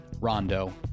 Rondo